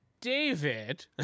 David